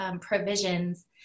provisions